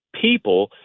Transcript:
people